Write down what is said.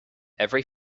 every